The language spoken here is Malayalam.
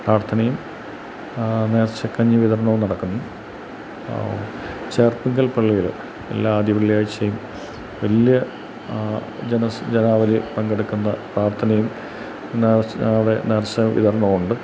പ്രാർത്ഥനയും നേർച്ച കഞ്ഞി വിതരണവും നടക്കുന്നു ചേർത്തുങ്കൽ പള്ളിയിൽ എല്ലാ ആദ്യ വെള്ളിയാഴ്ചയും വലിയ ജനസ് ജനാവലി പങ്കെടുക്കുന്ന പ്രാർത്ഥനയും നേർച് ഞങ്ങളുടെ നേർച്ചവിതരണവും ഉണ്ട്